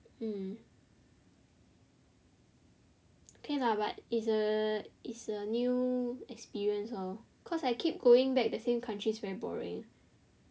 mm okay lah but it's a it's a new experience lor cause I keep going back the same countries very boring